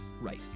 Right